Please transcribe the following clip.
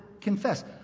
confess